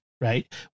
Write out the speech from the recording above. Right